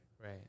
Right